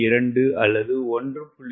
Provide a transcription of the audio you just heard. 2 அல்லது 1